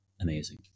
amazing